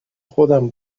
خودم